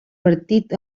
partit